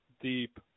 deep